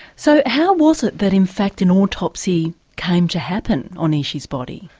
so how was it that in fact an autopsy came to happen on ishi's body?